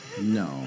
No